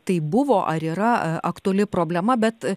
tai buvo ar yra aktuali problema bet